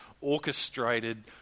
orchestrated